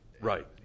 Right